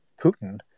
putin